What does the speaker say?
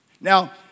Now